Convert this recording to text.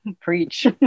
Preach